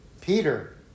Peter